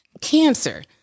cancer